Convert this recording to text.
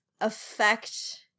affect